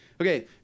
Okay